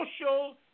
social